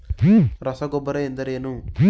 ರಸಗೊಬ್ಬರ ಎಂದರೇನು?